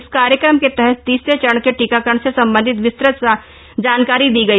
इस कार्यक्रम के तहत तीसरे चरण के टीकाकरण से संबंधित विस्तृत जानकारी दी गई